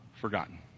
forgotten